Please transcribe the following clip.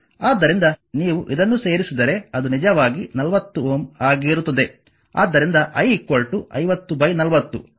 ಆದ್ದರಿಂದ ನೀವು ಇದನ್ನು ಸೇರಿಸಿದರೆ ಅದು ನಿಜವಾಗಿ 40Ω ಆಗಿರುತ್ತದೆ